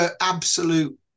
absolute